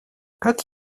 как